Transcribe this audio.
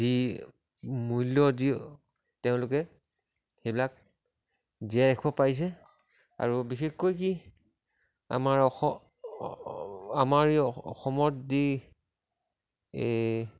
যি মূল্য যি তেওঁলোকে সেইবিলাক জীয়াই ৰাখিব পাৰিছে আৰু বিশেষকৈ কি আমাৰ আমাৰ এই অসমত যি